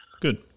Good